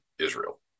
Israel